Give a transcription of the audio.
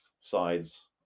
sides